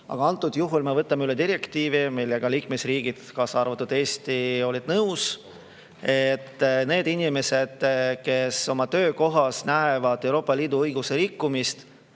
antud juhul me võtame üle direktiivi, millega liikmesriigid, kaasa arvatud Eesti, olid nõus. Need inimesed, kes näevad oma töökohas Euroopa Liidu õiguse rikkumist,